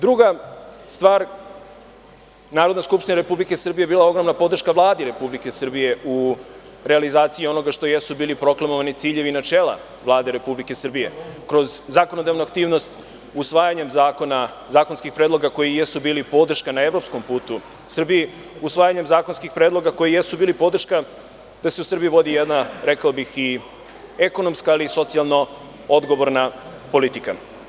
Druga stvar, NS RS je bila ogromna podrška Vladi RS u realizaciji onoga što jesu bili proklamovani ciljevi i načela Vlade RS kroz zakonodavnu aktivnost, usvajanjem zakona, zakonskih predloga koji jesu bili podrška na evropskom putu Srbiji, usvajanjem zakonskih predloga koji jesu bili podrška da se u Srbiji vodi jedna, rekao bih i ekonomska, ali i socijalno odgovorna politika.